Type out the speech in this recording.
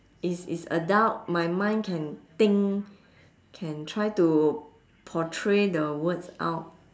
is is adult my mind can think can try to portray the words out